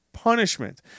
punishment